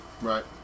Right